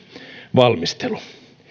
valmistelu